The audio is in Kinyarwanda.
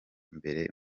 mbere